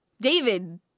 David